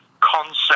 concept